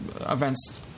events